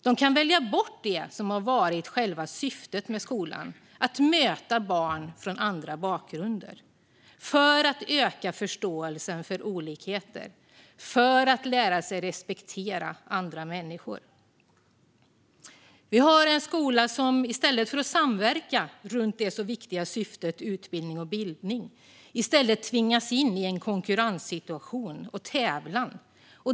De kan välja bort det som har varit själva syftet med skolan: att möta barn från andra bakgrunder för att öka förståelsen för olikheter och för att lära sig att respektera andra människor. Vi har en skola som i stället för att samverka runt det viktiga syftet utbildning och bildning tvingas in i en konkurrenssituation och tävlan.